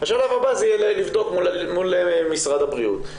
השלב הבא זה יהיה לבדוק מול משרד הבריאות.